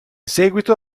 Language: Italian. seguito